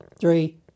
three